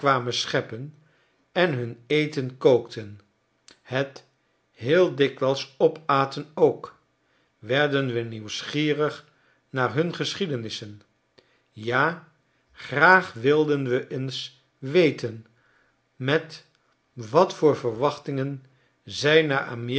scheppen en hun eten kookten het heel dikwijls opaten ook werden we nieuwsgierig naar un geschiedenissen ja graag wilden we eens weten met wat voor verwachtingen zij naar a